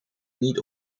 niet